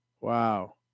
wow